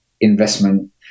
investment